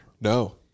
no